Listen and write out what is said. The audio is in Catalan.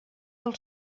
del